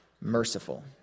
merciful